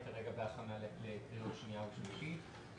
היא כרגע בהכנה לקריאות שנייה ושלישית.